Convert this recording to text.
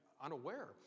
unaware